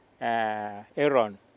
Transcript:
Aaron